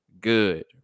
good